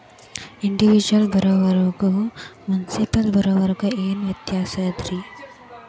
Individual ಬಾರೊವರ್ಗು municipal ಬಾರೊವರ್ಗ ಏನ್ ವ್ಯತ್ಯಾಸಿರ್ತದ?